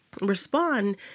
respond